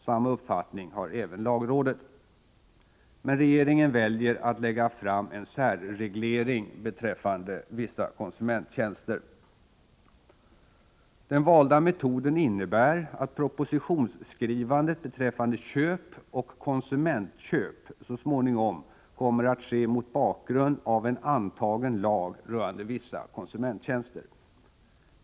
Samma uppfattning har även lagrådet. Men regeringen väljer att lägga fram en särreglering beträffande vissa konsumenttjänster. Den valda metoden innebär att propositionsskrivandet beträffande köp och konsumentköp så småningom kommer att ske mot bakgrund av en antagen lag rörande vissa konsumenttjänster.